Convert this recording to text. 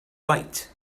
write